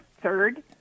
third